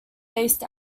based